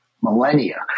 millennia